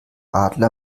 adler